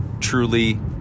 truly